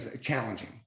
challenging